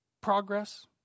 progress